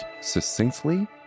succinctly